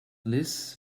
liz